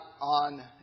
on